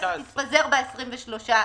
הכנסת תתפזר ב-23 בדצמבר,